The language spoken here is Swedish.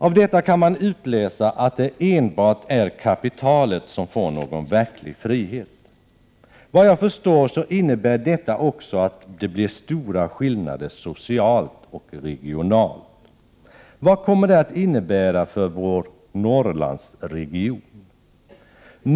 Av detta kan man utläsa att det enbart är kapitalet som får någon verklig frihet. Vad jag förstår innebär detta också att det blir stora skillnader socialt och regionalt. Vad kommer det att innebära för vår Norrlandsregion?